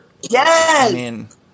Yes